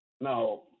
now